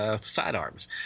sidearms